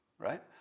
Right